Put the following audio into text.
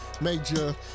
major